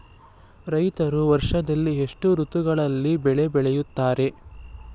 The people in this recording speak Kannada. ರೈತರು ವರ್ಷದಲ್ಲಿ ಎಷ್ಟು ಋತುಮಾನಗಳಲ್ಲಿ ಬೆಳೆ ಬೆಳೆಯುತ್ತಾರೆ?